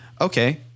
Okay